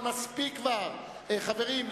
חברים,